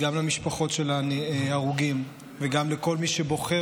גם למשפחות של ההרוגים וגם לכל מי שבוחר